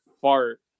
fart